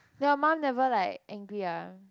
your mum never like angry ah